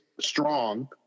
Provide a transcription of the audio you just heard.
strong